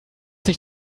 sich